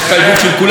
אוקיי.